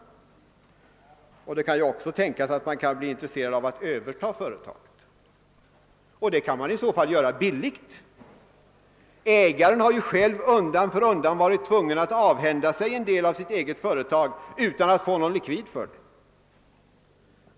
Det kan också tänkas att man på statligt håll blir intresserad av att överta företaget och det kan man i så fall göra billigt. Ägaren har ju själv undan för undan varit tvungen att avhända sig en del av sitt företag utan att få någon likvid för det.